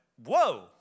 whoa